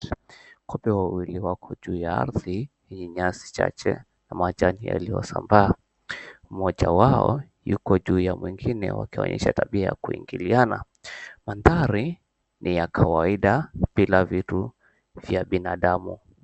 Kupe wawili wako juu ya ardhi hii, nyasi chache na majani yaliyosambaa mmoja wao yuko juu ya mwingine wakionyesha ya tabia ya kuingiliana. Mandhari ni ya kawaida bila vitu vya binadamu.